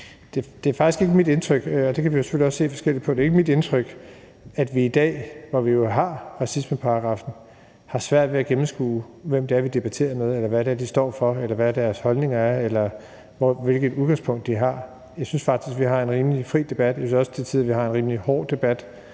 Det er faktisk ikke mit indtryk – det kan vi selvfølgelig også se forskelligt på – at vi i dag, hvor vi jo har racismeparagraffen, har svært ved at gennemskue, hvem det er, vi debatterer med, eller hvad det er, de står for, eller hvad deres holdninger er, eller hvilket udgangspunkt de har. Jeg synes faktisk, vi har en rimelig fri debat, og jeg synes også til tider, at vi har en rimelig hård debat.